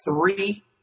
three